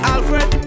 Alfred